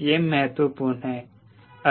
यह महत्वपूर्ण है